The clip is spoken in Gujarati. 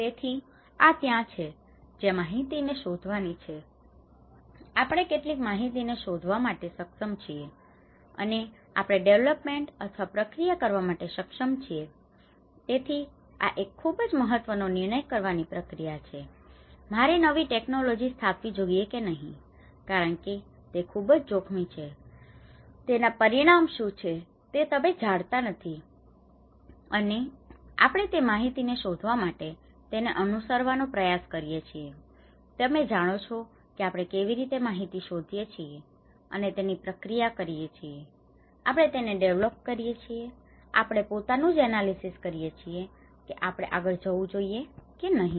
તેથી આ ત્યાં છે જ્યાં માહિતી ને શોધવાની છે આપણે કેટલીક માહિતી ને શોધવા માટે સક્ષમ છીએ અને આપણે ડેવલપમેન્ટ અથવા પ્રક્રિયા કરવા માટે સક્ષમ છીએ તેથી આ એક ખુબજ મહત્વ નો નિર્ણય કરવાની પ્રક્રિયા છે કે મારે નવી ટેક્નોલોજી સ્થાપવી જોઈએ કે નહિ કારણ કે તે ખુબજ જોખમી છે તેના પરિણામ શું છે તે તમે જાણતા નથી અને આપણે તે માહિતી ને શોધવા માટે તેને અનુસરવાનો પ્રયાસ કરીએ છીએ તમે જાણો છો કે આપણે કેવી રીતે માહિતી શોધીએ છીએ અને તેની પ્રક્રિયા કરીએ છીએ આપણે તેને ડેવલપ કરીએ છીએ આપણે પોતાનું જ એનાલિસિસ કરીએ છીએ કે આપણે આગળ જવું જોઈએ કે નહિ